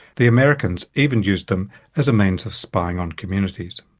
the americans even used them as a means of spying on communities.